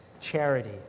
charity